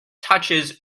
touches